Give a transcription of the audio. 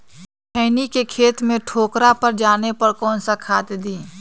खैनी के खेत में ठोकरा पर जाने पर कौन सा खाद दी?